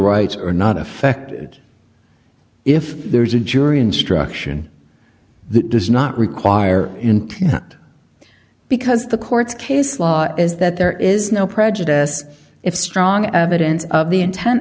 rights are not affected if there's a jury instruction that does not require intent because the court's case law is that there is no prejudice if strong evidence of the intent